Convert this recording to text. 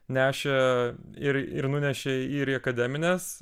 nešė ir ir nunešė ir įakademines